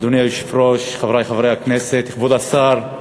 אדוני היושב-ראש, חברי חברי הכנסת, כבוד השר,